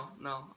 no